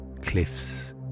cliffs